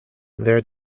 their